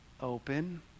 open